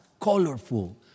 colorful